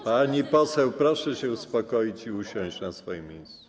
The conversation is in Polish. Pani poseł, proszę się uspokoić i usiąść na swoim miejscu.